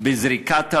בזריקת אבנים,